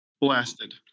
blasted